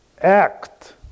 act